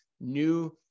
new